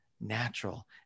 natural